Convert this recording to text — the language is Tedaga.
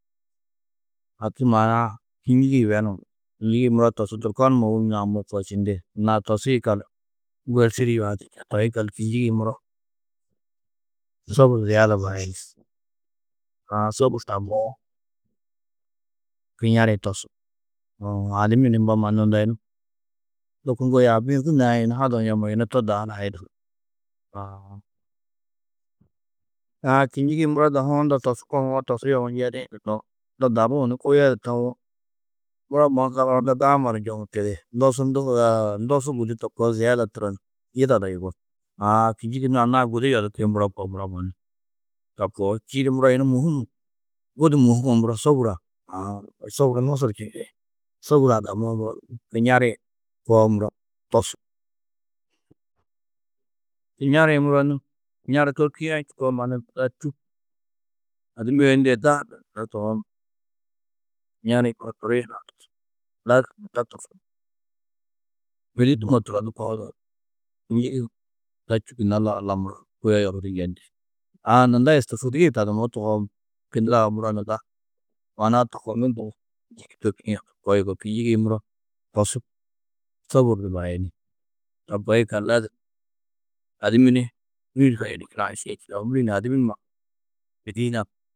Haki maana-ã kînjigi yibenuú. Kînjigi-ĩ muro tosu turkonu numa wûni naamo koo čindi. Anna-ã tosu yikallu toi yikallu kînjigi-ĩ muro sobur ziyeda barayini. Aã sobur tamoó, kiŋari-ĩ tosu. Uũ adimmi ni mbo mannu yunu unda yun. Lôko ŋgo yaabi-ĩ hûi naĩ yunu haduũ yemma, yunu to da hunã du yida. Aã, kînjigi-ĩ muro dahu-ã unda tosu kohuwo tosu yohu njeni unda dabuũ kuyo di tawo, muro mannu zaga unda daama du njoŋu tedi. Nosundu ndosu gudi to koo ziyeda turo ni yidado yugó. Aã kînjigi nû anna-ã gudi yodirkĩ muro koo, muro mannu. A koo, čîidi muro yunu mûhim, budi mûhimma muro sôbur-ã. Aã, sôbur nusur čindĩ. Sôbur-ã daamoó muro kiŋari-ĩ, koo muro tosu. Kiŋari-ĩ muro nû, kiŋari torkîadu njûkoo mannu, nunda čû, adimmi yê unda yê da ndigirndenó tohoo muro kiŋari-ĩ ndurii hunã tosu. Lazim nunda tofokndindi. Mêdi nduma turonnu kohuduũ ni kînjigi nunda čû gunna lau muro Alla kuyo yohudu njendi. Aã nunda istofogîe tadummó tohoo muro, lau maana-ã tofokndundu ni kînjigi torkîe to koo yugó. Kînjigi-ĩ muro hosub, sôbur du barayini. To koo yikallu lazim, adimmi ni ômuri-ĩ ni daibi numa mêdi hunã